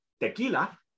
tequila